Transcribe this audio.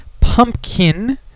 Pumpkin